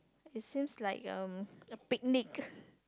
it seems like a picnic